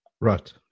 right